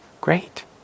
great